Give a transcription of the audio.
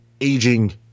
aging